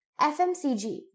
FMCG